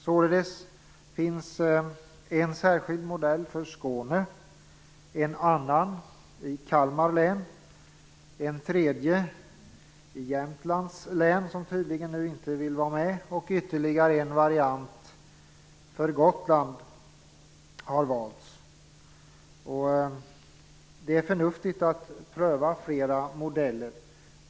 Således finns en särskild modell för Skåne, en annan i Kalmar län, en tredje i Jämtlands län - som tydligen nu inte vill vara med - och ytterligare en variant har valts för Gotland. Det är förnuftigt att pröva flera modeller.